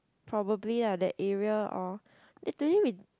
probably lah that area or literally we